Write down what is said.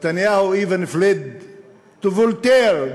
Netanyahu even fled to Voltaire,